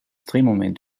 drehmoment